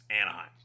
anaheim